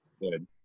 good